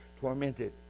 tormented